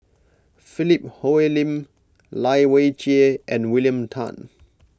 Philip Hoalim Lai Weijie and William Tan